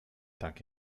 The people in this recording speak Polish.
tak